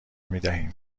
میدهیم